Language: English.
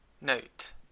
Note